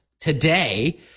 today